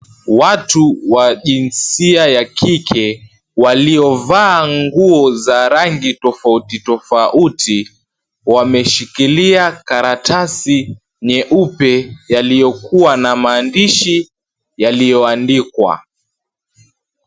Watu wa jinsia ya kike waliovaa nguo za rangi tofauti tofauti wameshikilia karatasi nyeupe yaliyokuwa na maandishi yaliyoandikwa.